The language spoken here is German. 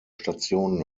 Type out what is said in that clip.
station